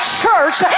church